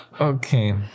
Okay